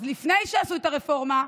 אז לפני שעשו את הרפורמה,